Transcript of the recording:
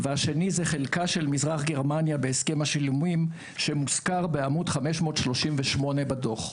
והשני זה חלקה של מזרח גרמניה בהסכם השילומים שמוזכר בעמוד 538 בדוח.